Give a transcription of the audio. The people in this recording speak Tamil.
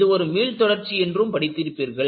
இது ஒரு மீள் தொடர்ச்சி என்றும் படித்திருப்பீர்கள்